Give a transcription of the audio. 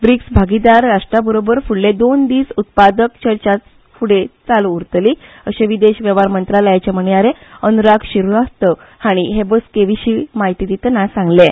ब्रिक्स भागीदार राष्ट्रांबरोबर फुडले दोन दीस उत्पादक चर्चा फुडें चालू उरतली अशें विदेश वेव्हार मंत्रालयाचे म्हणयारे अनुराग श्रीवास्तव हाणीं हे बसकेविशीं म्हायती दितना सांगलें